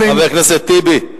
חבר הכנסת טיבי,